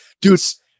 dudes